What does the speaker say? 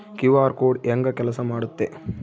QR code ಹೆಂಗ ಕೆಲಸ ಮಾಡುತ್ತೆ?